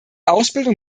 ausbildung